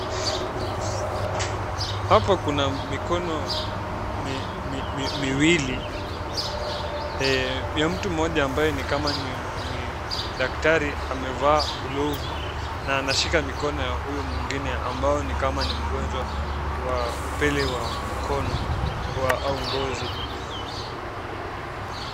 Hapa kuna mikono miwili ya mtu mmoja ambaye nikama ni daktari amevaa glovu na anashika mkono ya huyu mwingine ambaye nikama ni mgonjwa wa upele wa mkono au ngozi.